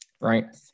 Right